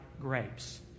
grapes